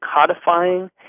codifying